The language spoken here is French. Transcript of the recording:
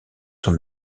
son